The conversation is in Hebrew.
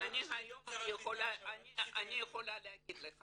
אני יכולה להגיד לך